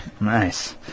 nice